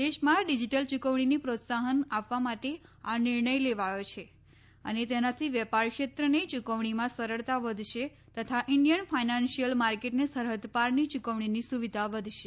દેશમાં ડિજીટલ ચૂકવણીને પ્રોત્સાહન આપવા માટે આ નિર્ણય લેવાયો છે અને તેનાથી વેપારક્ષેત્રની યૂકવણીમાં સરળતા વધશે તથા ઈન્ડિયન ફાઈનાન્શીયલ માર્કેટને સરહદ પારની ચૂકવણીની સુવિધા વધશે